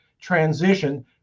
transition